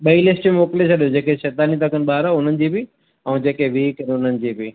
ॿई लिस्ट मोकिले छॾियो जेके शैतानी त कनि ॿार हुननि जी बि ऐं जेके वीक हुननि जी बि